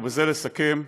ובזה לסכם,